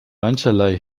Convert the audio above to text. mancherlei